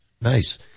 nice